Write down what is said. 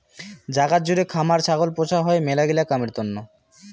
জাগাত জুড়ে খামার ছাগল পোষা হই মেলাগিলা কামের তন্ন